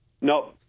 No